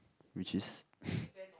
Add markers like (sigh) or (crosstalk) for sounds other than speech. which is (breath)